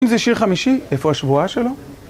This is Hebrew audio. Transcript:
אם זה שיר חמישי, איפה השבועה שלו?